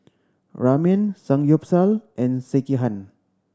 Ramen Samgyeopsal and Sekihan